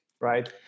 right